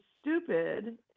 stupid